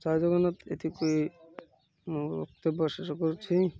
ଜୟ ଜଗନ୍ନାଥ ଏତିକି କହି ମୁଁ ବକ୍ତବ୍ୟ ଶେଷ କରୁଛି